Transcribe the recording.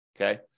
Okay